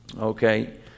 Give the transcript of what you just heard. Okay